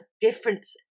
difference